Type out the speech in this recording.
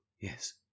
yes